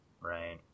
right